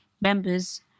members